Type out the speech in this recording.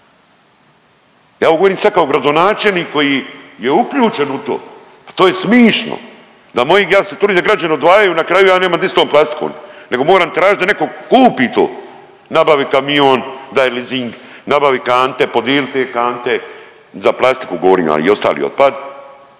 Ja ovo govorim sad kao gradonačelnik koji je uključen u to, pa to je smišno da moji, ja se trudim da građani odvajaju i na kraju ja nemam di s tom plastikom nego moram tražiti da neko kupi to, nabavi kamion, daj lizing, nabavi kante, podili te kante, za plastiku govorim, a i ostali otpad,